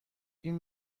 این